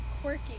quirky